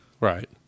Right